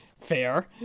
fair